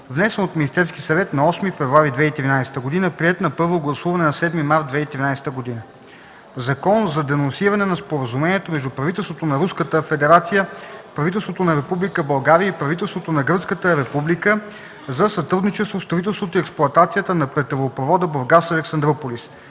внесен от Министерския съвет на 8 февруари 2013 г., приет на първо гласуване на 7 март 2013 г. „Закон за денонсиране на Споразумението между правителството на Руската федерация, правителството на Република България и правителството на Гръцката република за сътрудничество в строителството и експлоатацията на петролопровода Бургас – Александруполис”.”